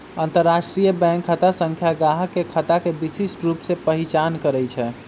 अंतरराष्ट्रीय बैंक खता संख्या गाहक के खता के विशिष्ट रूप से पहीचान करइ छै